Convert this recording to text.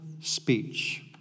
speech